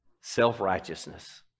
self-righteousness